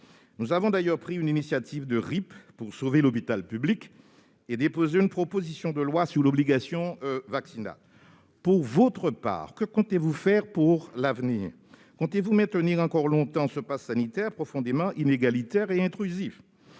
Nous avons d'ailleurs pris une initiative de référendum d'initiative partagée pour sauver l'hôpital public et déposé une proposition de loi sur l'obligation vaccinale. Quant à vous, que comptez-vous faire pour l'avenir ? Comptez-vous maintenir encore longtemps ce passe sanitaire profondément inégalitaire et intrusif ?